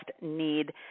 need